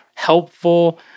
Helpful